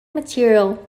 material